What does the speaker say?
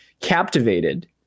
captivated